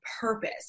purpose